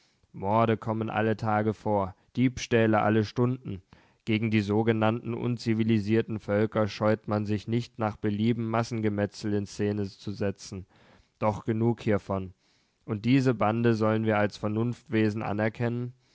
morde kommen alle tage vor diebstähle alle stunden gegen die sogenannten unzivilisierten völker scheut man sich nicht nach belieben massengemetzel in szene zu setzen doch genug hiervon und diese bande sollen wir als vernunftwesen anerkennen